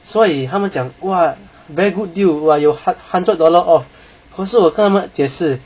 所以他们讲 !wah! very good deal got your hundred dollar off 可是我跟他们解释